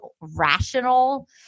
rational